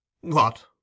What